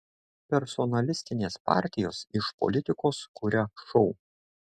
personalistinės partijos iš politikos kuria šou